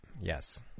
Yes